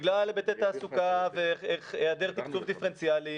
בגלל היבטי תעסוקה והיעדר תקצוב דיפרנציאלי